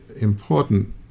important